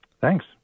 Thanks